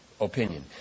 opinion